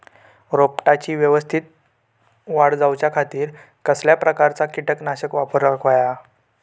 रोपट्याची यवस्तित वाढ जाऊच्या खातीर कसल्या प्रकारचा किटकनाशक वापराक होया?